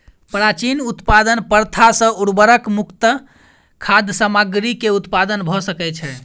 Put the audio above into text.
प्राचीन उत्पादन प्रथा सॅ उर्वरक मुक्त खाद्य सामग्री के उत्पादन भ सकै छै